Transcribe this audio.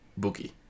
Boogie